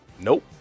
Nope